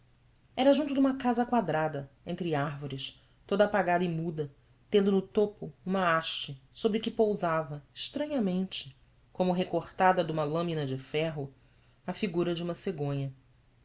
era junto de uma casa quadrada entre árvores toda apagada e muda tendo no topo uma haste sobre que pousava estranhamente como recortada numa lâmina de ferro a figura de uma cegonha